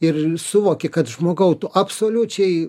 ir suvoki kad žmogau tu absoliučiai